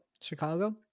Chicago